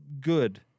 good